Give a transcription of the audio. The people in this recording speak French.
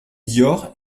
dior